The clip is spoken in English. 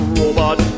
robot